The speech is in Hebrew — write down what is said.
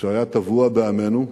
שהיה טבוע בעמנו,